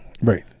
Right